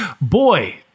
boy